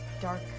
dark